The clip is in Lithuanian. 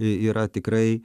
yra tikrai